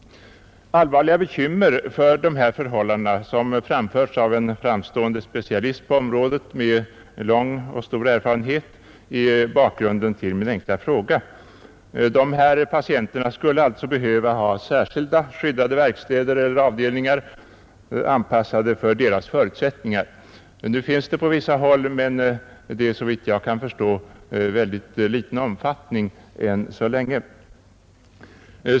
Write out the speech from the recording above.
Allvarliga bekymmer för de här förhållandena, som framförts av en framstående specialist på området med lång och stor erfarenhet, är bakgrunden till min enkla fråga. Dessa patienter skulle alltså behöva ha särskilda skyddade verkstäder eller avdelningar, anpassade för deras förutsättningar. Sådana finns på vissa håll, men det är såvitt jag kan förstå ännu i mycket liten omfattning.